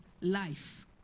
life